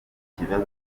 ikibazo